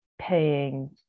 paying